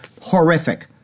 Horrific